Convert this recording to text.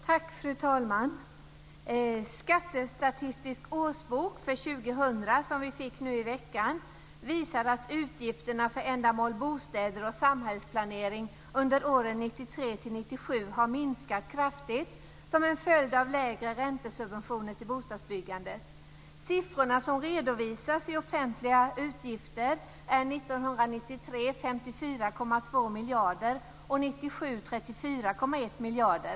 Fru talman! Skattestatistisk årsbok för 2000 som vi fick nu i veckan visar att utgifterna för ändamålet bostäder och samhällsplanering under åren 1993 till 1997 har minskat kraftigt som en följd av lägre räntesubventioner till bostadsbyggandet. Siffrorna som redovisas i offentliga utgifter är 1993 54,2 miljarder och 1997 34,1 miljard.